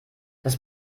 das